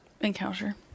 encounter